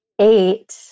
eight